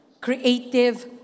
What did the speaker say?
creative